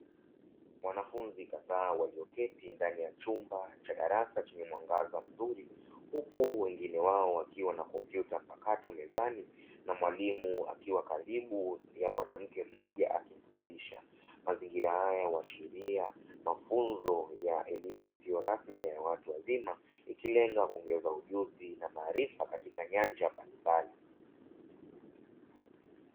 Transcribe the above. Wanafunzi kadhaa walioketi ndani ya chumba cha darasa chenye mwangaza mzuri, huku wengine wao wakiwa na kompyuta mpakato meza na mwalimu akiwa karibu ya mwanamke mmoja akimfundisha. Mazingira haya huashiria mafunzo ya elimu isiyo rasmi na ya watu wazima, ikilenga kuongeza ujuzi na maarifa katika nyanja mbalimbali.